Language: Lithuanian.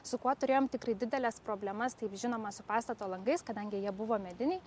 su kuo turėjom tikrai dideles problemas taip žinoma su pastato langais kadangi jie buvo mediniai